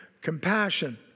compassion